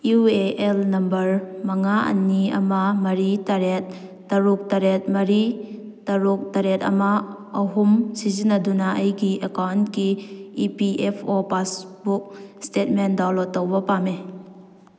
U A L number ꯃꯉꯥ ꯑꯅꯤ ꯑꯃ ꯃꯔꯤ ꯇꯔꯦꯠ ꯇꯔꯨꯛ ꯇꯔꯦꯠ ꯃꯔꯤ ꯇꯔꯨꯛ ꯇꯔꯦꯠ ꯑꯃ ꯑꯍꯨꯝ ꯁꯤꯖꯤꯟꯅꯗꯨꯅ ꯑꯩꯒꯤ ꯑꯦꯀꯥꯎꯟꯒꯤ E P F O passbook statement download ꯇꯧꯕ ꯄꯥꯝꯏ